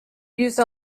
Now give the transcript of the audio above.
use